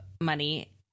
money